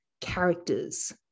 characters